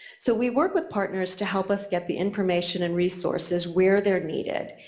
so we work with partners to help us get the information and resources where they're needed,